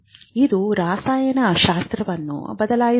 ಇದು ರಸಾಯನಶಾಸ್ತ್ರವನ್ನು ಬದಲಾಯಿಸುತ್ತದೆ